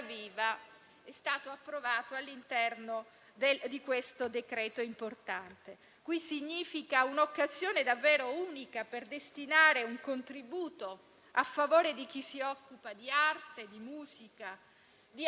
iniziamo a parlare di argomenti e di settori che hanno sofferto troppo e a cui con questo provvedimento si cominciano a dare delle risposte concrete. Ci auguriamo che nei prossimi giorni